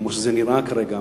כמו שזה נראה כרגע,